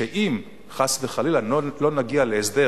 שאם, חס וחלילה, לא נגיע להסדר